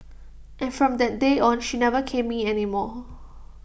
and from that day on she never caned me anymore